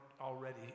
already